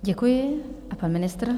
Děkuji, a pan ministr.